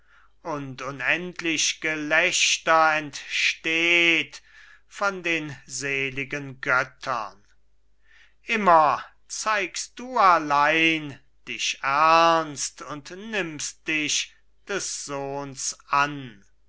und unendlich gelächter entsteht von den seligen göttern immer zeigst du allein dich ernst und nimmst dich des sohns an